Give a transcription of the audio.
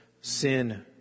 sin